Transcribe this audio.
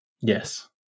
Yes